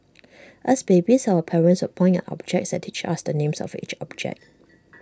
as babies our parents would point at objects and teach us the names of each object